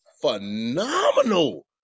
phenomenal